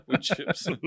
chips